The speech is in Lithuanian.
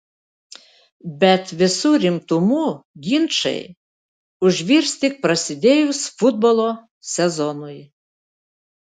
bet visu rimtumu ginčai užvirs tik prasidėjus futbolo sezonui